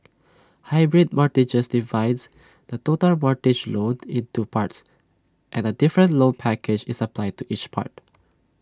hybrid mortgages divides the total mortgage loan into parts and A different loan package is applied to each part